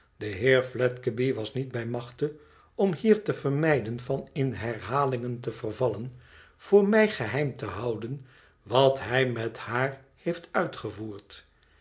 de heer fledgeby was niet bij machte om hier te vermijden van in herhalingen te ver vallen voor mij geheim te houden wat hij met haar heeft mtgevoerd